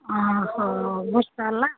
ଓଃ ବର୍ଷା ହେଲା